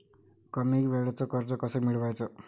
कमी वेळचं कर्ज कस मिळवाचं?